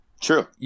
True